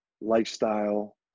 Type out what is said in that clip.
lifestyle